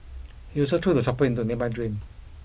he also threw the chopper into a nearby drain